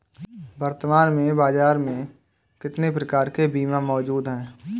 वर्तमान में बाज़ार में कितने प्रकार के बीमा मौजूद हैं?